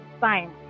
fine